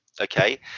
okay